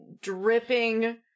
dripping